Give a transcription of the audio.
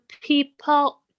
people